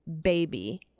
baby